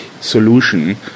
solution